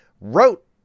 wrote